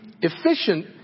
efficient